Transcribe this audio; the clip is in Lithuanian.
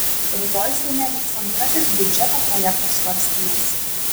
rytoj seime vyks antrasis biudžeto projekto svarstymas